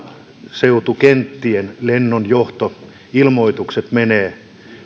maaseutukenttien lennonjohtoilmoitukset menevät